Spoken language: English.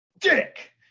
Dick